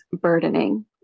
burdening